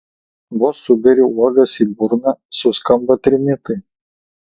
vos suberiu uogas į burną suskamba trimitai